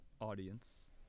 audience